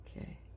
Okay